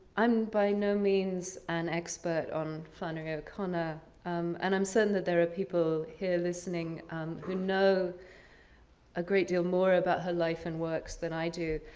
i'm by no means an expert on flannery o'connor um and i'm certain that there are people here listening who know a great deal more about her life and works than i do.